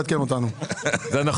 שנתתם מקדמות בצוק איתן של 90%. נכון?